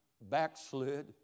backslid